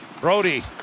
Brody